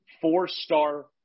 four-star